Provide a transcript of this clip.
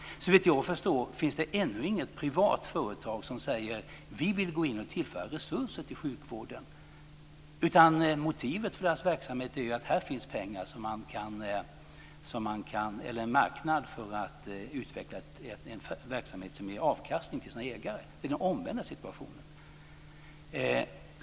Såvitt jag förstår finns det ännu inte något privat företag som säger: Vi vill gå in och tillföra resurser till sjukvården. Motivet är att det finns en marknad för att utveckla en verksamhet som ger avkastning till deras ägare. Det är den omvända situationen.